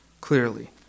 Clearly